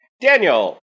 Daniel